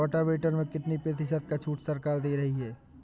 Rotavator में कितनी प्रतिशत का छूट सरकार दे रही है?